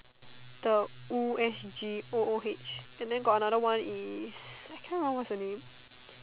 the ooh S_G O O H and the got another one is I can't remember what's the name